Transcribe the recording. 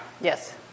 yes